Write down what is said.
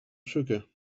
sugar